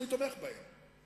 שאני תומך בהם,